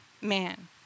man